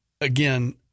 again